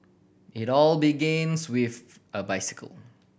it all begins with a bicycle